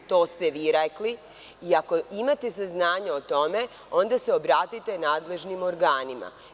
To ste vi rekli iako imate saznanja o tome onda se obratite nadležnim organima.